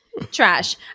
trash